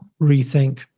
rethink